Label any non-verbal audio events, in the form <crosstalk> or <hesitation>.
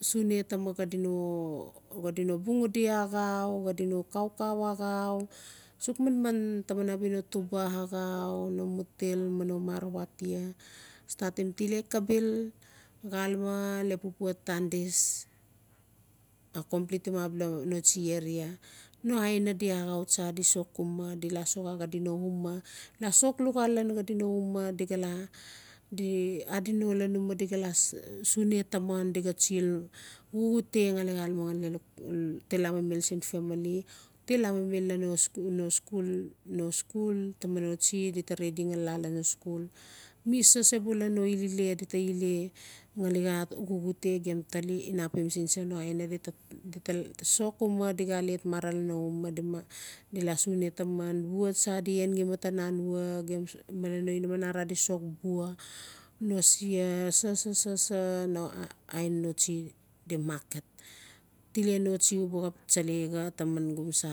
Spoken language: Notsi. Sune taman xadi no <hesitation> bug udi axau xadi no kaukau axau sux manman taman no tubaa axau no mutil ma no mara waitia statim tile kabil xaleme pupua tandis a xomplitim abia noasti area no aina di axau tsa di soxa uma di laa soxa xadi no umaa di laa sox luxal lalan xadi no umaa di xaa laa <hesitation> adi no lalan umaa o di laa sune taman o di tsil xuxute gali xaleme <hesitation> tilamimil sin famli tilamimil sin no skul no skul taman no tsi di taa redi gali laa lalan skul mi sasebula no ilile di taa ilee gali xaa xuxute gem taa tali inapim sinsa no aina di taa sox umaa o di xaa alet mara lan umaa o di laa sune taman bua tsa di angi matan anwa malan no maman arara di sox bua no siaa sa-sa-sa-s no ain noasti di market. tile noastsi uba xap tsalai xaa taa man gomsa